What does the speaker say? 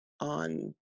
on